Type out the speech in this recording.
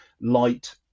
light